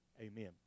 Amen